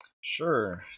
Sure